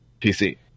PC